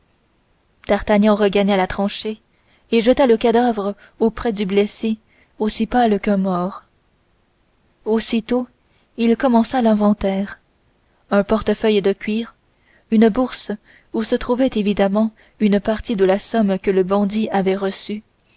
d'artagnan regagna la tranchée et jeta le cadavre auprès du blessé aussi pâle qu'un mort aussitôt il commença l'inventaire un portefeuille de cuir une bourse où se trouvait évidemment une partie de la somme que le bandit avait reçue